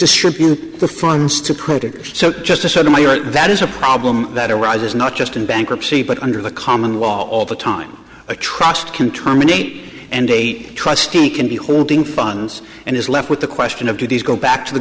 distribute the funds to creditors so just a sudden that is a problem that arises not just in bankruptcy but under the common wall all the time a trust can terminate and a trustee can be holding funds and is left with the question of do these go back to the